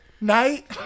night